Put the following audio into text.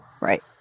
right